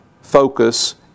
focus